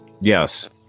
Yes